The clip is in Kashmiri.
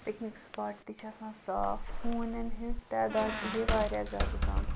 پِکنِگ سپاٹ تہِ چھِ آسان صاف ہونیٚن ہٕنٛز تعداد تہِ گٔیہِ واریاہ زیادٕ کم